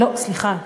לא, סליחה,